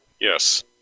yes